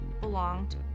belonged